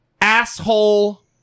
asshole